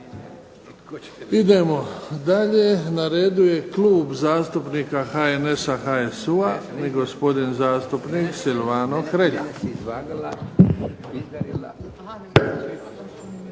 Idemo dalje, na redu je Klub zastupnika HNS-a, HSU-a, i gospodin zastupnik Silvano Hrelja.